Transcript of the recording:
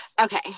Okay